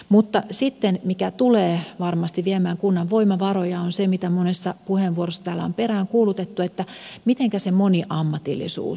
mutta mikä sitten tulee varmasti viemään kunnan voimavaroja on se mitä monessa puheenvuorossa täällä on peräänkuulutettu että mitenkä se moniammatillisuus